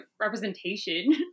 representation